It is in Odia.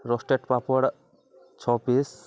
ରୋଷ୍ଟେଡ଼୍ ପାମ୍ପଡ଼୍ ଛଅ ପିସ୍